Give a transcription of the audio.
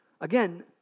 again